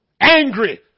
Angry